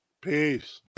Peace